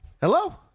Hello